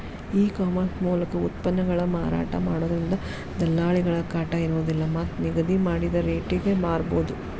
ಈ ಕಾಮರ್ಸ್ ಮೂಲಕ ಉತ್ಪನ್ನಗಳನ್ನ ಮಾರಾಟ ಮಾಡೋದ್ರಿಂದ ದಲ್ಲಾಳಿಗಳ ಕಾಟ ಇರೋದಿಲ್ಲ ಮತ್ತ್ ನಿಗದಿ ಮಾಡಿದ ರಟೇಗೆ ಮಾರಬೋದು